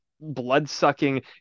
blood-sucking